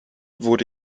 wurde